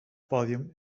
podium